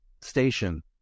station